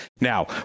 Now